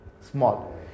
small